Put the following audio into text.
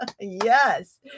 yes